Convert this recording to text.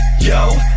yo